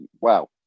wow